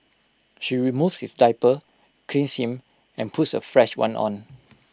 she removes his diaper cleans him and puts A fresh one on